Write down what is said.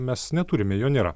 mes neturime jo nėra